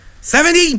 SEVENTY